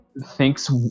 thinks